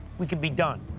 we could be done.